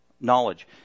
knowledge